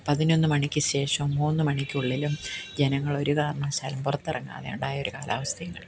പതിനൊന്ന് മണിക്ക് ശേഷം മൂന്ന് മണിക്കുള്ളിലും ജനങ്ങളൊരു കാരണവശാലും പുറത്തിറങ്ങാതെ ഉണ്ടായൊരു കാലാവസ്ഥ